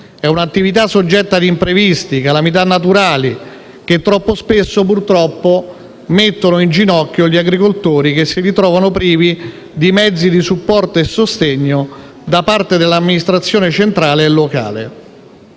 è un'attività soggetta a imprevisti, calamità naturali, che troppo spesso, purtroppo, mettono in ginocchio gli agricoltori che si ritrovano privi di mezzi di supporto e sostegno da parte dell'amministrazione centrale e locale,